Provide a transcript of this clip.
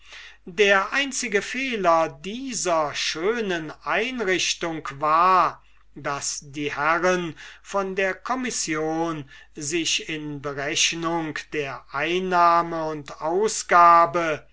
der einzige fehler dieser schönen einrichtung war daß die herren von der commission sich in berechnung der einnahme und ausgabe